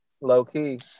low-key